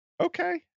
Okay